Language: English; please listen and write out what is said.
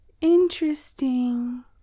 interesting